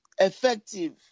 effective